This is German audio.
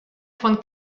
von